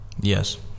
Yes